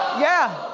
yeah.